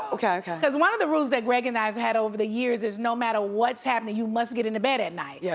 yeah cause one of the rules that greg and i have had over the years is no matter what's happening, you must get in the bed at night. yeah